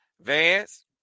Vance